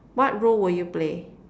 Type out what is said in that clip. what role will you play